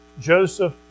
Joseph